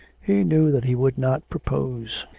he knew that he would not propose.